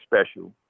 special